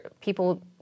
people